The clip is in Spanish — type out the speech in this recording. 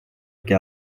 que